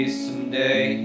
someday